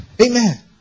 Amen